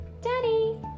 Daddy